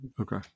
Okay